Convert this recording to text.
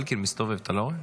אלקין מסתובב, אתה לא רואה?